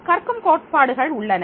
கற்கும் கோட்பாடுகள் உள்ளன